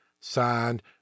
Signed